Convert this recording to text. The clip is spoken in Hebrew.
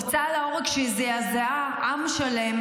הוצאה להורג שזעזעה עם שלם.